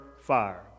fire